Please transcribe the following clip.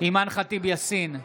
אימאן ח'טיב יאסין,